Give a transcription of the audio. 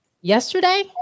yesterday